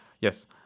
yes